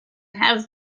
have